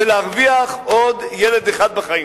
ולהרוויח עוד ילד אחד בחיים.